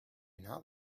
not